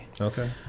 Okay